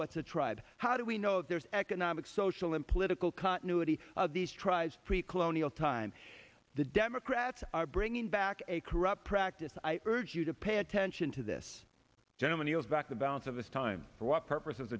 what's a tribe how do we know there's economic social and political continuity of these tribes pre colonial time the democrats are bringing back a corrupt practice i urge you to pay attention to this gentleman yield back the balance of his time for what purpose